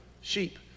Sheep